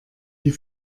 die